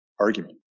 argument